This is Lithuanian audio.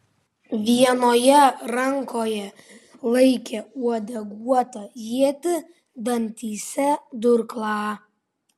vienoje rankoje laikė uodeguotą ietį dantyse durklą